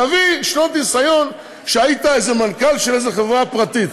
תביא שנות ניסיון שהיית איזה מנכ"ל של איזו חברה פרטית.